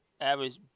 average